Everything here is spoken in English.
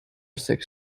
six